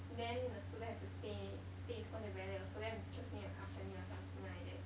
then the student have to stay stay in school until very late also then the teachers need to accompany or something like that